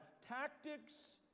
Tactics